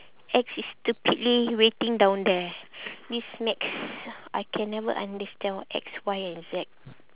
X is stupidly waiting down there this maths I can never understand what X Y and Z